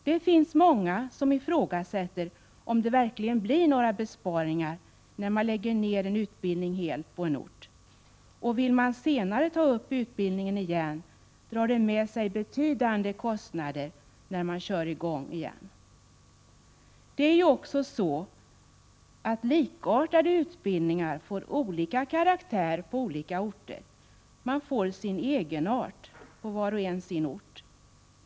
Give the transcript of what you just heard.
Det finns många som ifrågasätter om det verkligen blir några besparingar när man helt lägger ned en utbildning på en ort. Och vill man senare ta upp utbildningen igen, drar det med sig betydande kostnader när man kör i gång. Det är ju också så att likartade utbildningar får olika karaktär på olika orter, man får sin egenart.